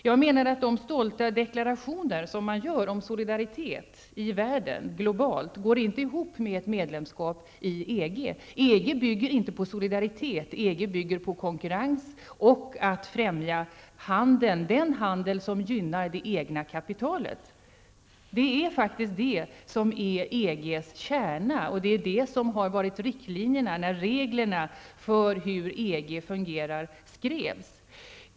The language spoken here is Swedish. Jag menar att de stolta deklarationer man gör om solidaritet i världen globalt inte går ihop med ett medlemskap i EG. EG bygger inte på solidaritet, utan på konkurrens och på att främja handeln, den handel som gynnar det egna kapitalet. Detta är faktiskt EGs kärna och har varit riktlinje när reglerna skrevs för hur EG skall fungera.